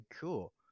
cool